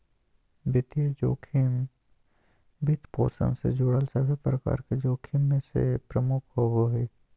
वित्तीय जोखिम, वित्तपोषण से जुड़ल सभे प्रकार के जोखिम मे से प्रमुख होवो हय